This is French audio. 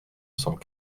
cent